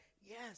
yes